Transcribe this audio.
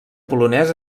polonès